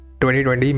2020